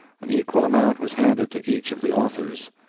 an equal amount was handed to each of the authors.